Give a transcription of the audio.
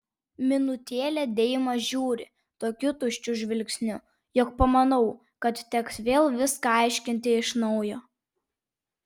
minutėlę deima žiūri tokiu tuščiu žvilgsniu jog pamanau kad teks vėl viską aiškinti iš naujo